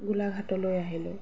গোলাঘাটলৈ আহিলোঁ